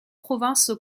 provinces